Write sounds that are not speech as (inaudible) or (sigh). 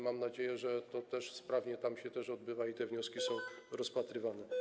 Mam nadzieję, że to też sprawnie tam się odbywa i te wnioski (noise) są rozpatrywane.